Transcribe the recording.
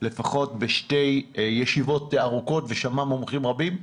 לפחות בשתי ישיבות ארוכות ושמעה מומחים רבים.